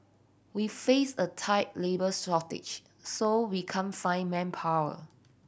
we face a tight labour shortage so we can't find manpower